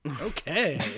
Okay